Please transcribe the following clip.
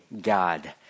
God